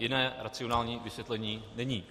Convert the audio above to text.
Jiné racionální vysvětlení není.